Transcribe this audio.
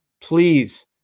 please